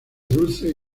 dulce